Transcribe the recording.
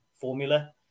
formula